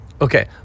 Okay